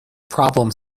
problem